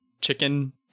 chicken